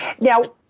Now